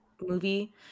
movie